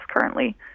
currently